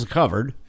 covered